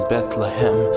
Bethlehem